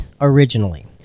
originally